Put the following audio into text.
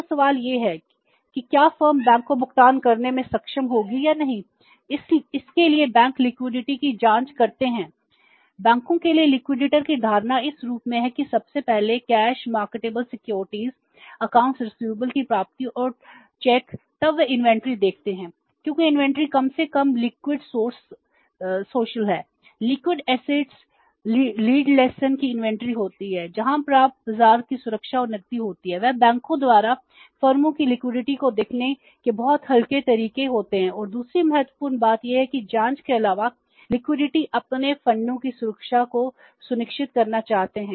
तो सवाल यह है कि क्या फर्म बैंक को भुगतान करने में सक्षम होगी या नहीं इसके लिए बैंक लिक्विडिटी बैंक अपने फंडों की सुरक्षा को सुनिश्चित करना चाहते हैं बैंक अपने फंडों की सुरक्षा सुनिश्चित करना चाहते हैं